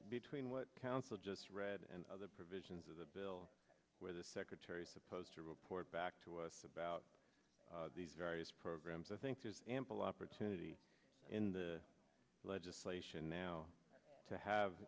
between what counsel just read and other provisions of the bill where the secretary supposed to report back to us about these various programs i think there's ample opportunity in the legislation now to have